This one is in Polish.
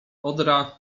odra